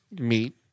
meat